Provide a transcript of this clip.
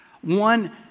one